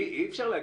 אי אפשר להגיד,